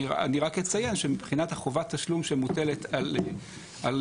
אני רק אציין שמבחינת חובת התשלום שמוטלת על חברות